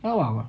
however